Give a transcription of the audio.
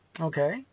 okay